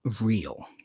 real